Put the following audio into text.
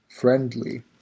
friendly